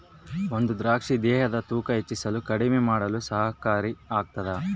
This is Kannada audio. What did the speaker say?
ಒಣ ದ್ರಾಕ್ಷಿ ದೇಹದ ತೂಕ ಹೆಚ್ಚಿಸಲು ಕಡಿಮೆ ಮಾಡಲು ಸಹಕಾರಿ ಆಗ್ತಾದ